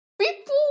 people